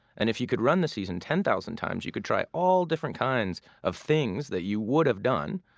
and if you could run the season ten thousand times, you could try all different kinds of things that you would have done,